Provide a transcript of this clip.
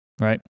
Right